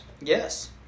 yes